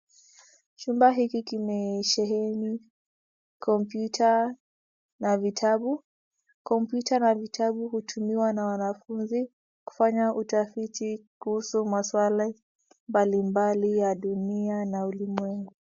Chumba hiki kimesheheni kompyuta na vitabu. Kompyuta na vitabu hutumiwa na wanafunzi kufanya utafiti kuhusu maswala mbalimbali ya dunia na ulimwengu.